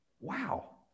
Wow